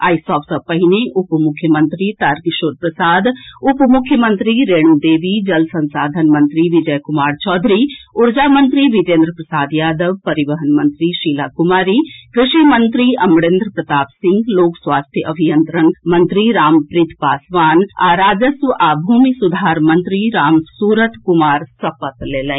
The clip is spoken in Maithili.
आइ सभ सँ पहिने उप मुख्यमंत्री तारकिशोर प्रसाद उप मुख्यमंत्री रेणु देवी जल संसाधन मंत्री विजय कुमार चौधरी ऊर्जा मंत्री विजेन्द्र प्रसाद यादव परिवहन मंत्री शीला कुमारी कृषि मंत्री अमरेन्द्र प्रताप सिंह लोक स्वास्थ्य अभियंत्रण मंत्री रामप्रीत पासवान आ राजस्व आ भूमि सुधार मंत्री रामसूरत कुमार सपत लेलनि